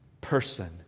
person